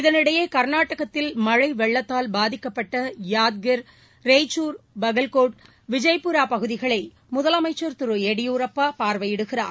இதனிடையே கர்நாடகத்தில் மழை வெள்ளத்தால் பாதிக்கப்பட்ட யாத்கிர் ரெய்ச்சூர் பகல்கோட் விஜய்புரா பகுதிகளை முதலமைச்சர் திரு எடியூரப்பா பார்வையிடுகிறார்